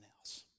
else